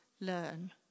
learn